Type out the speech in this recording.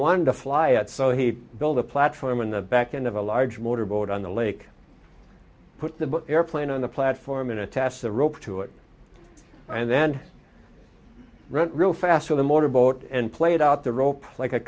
wanted to fly it so he built a platform in the back end of a large motor boat on the lake put the airplane on the platform in a task the rope to it and then rent real fast with a motor boat and played out the rope like a